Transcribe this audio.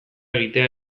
egitea